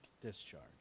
discharge